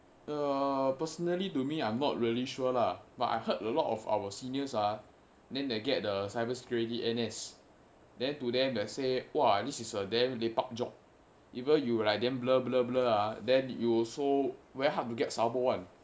uh personally to me I'm not really sure lah but I heard a lot of our seniors ah then they get the cybersecurity N_S then to them they say !wah! this is a damn lepak job even you like damn blur blur blur ah then you also very hard to get sabo [one]